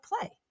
play